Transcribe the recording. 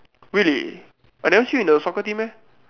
really I never see you in the soccer team meh